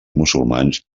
musulmans